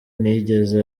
ntiyigeze